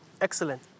Excellent